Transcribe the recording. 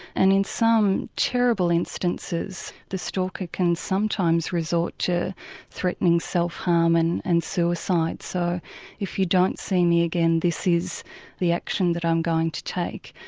and in some terrible instances the stalker can sometimes resort to threatening self-harm and and suicide so if you don't see me again this is the action that i'm going to take.